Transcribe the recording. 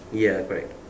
ya correct